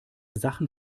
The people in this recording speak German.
sachen